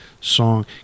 Song